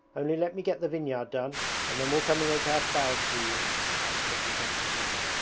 only let me get the vineyard done and then we'll come and make our bows to you says lukashka's mother.